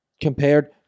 compared